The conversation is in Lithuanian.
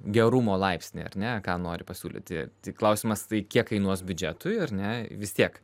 gerumo laipsnį ar ne ką nori pasiūlyti tik klausimas tai kiek kainuos biudžetui ar ne vis tiek